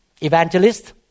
evangelist